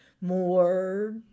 more